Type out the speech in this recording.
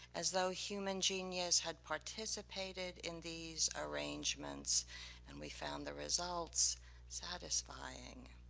as though human genius had participated in these arrangements and we found the results satisfying.